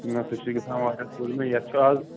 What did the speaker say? نہَ سُہ چھُ گژھان واریاہ درٛۅگ نا یَتھ چھُ اَز